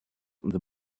the